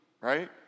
right